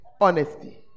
honesty